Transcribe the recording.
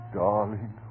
darling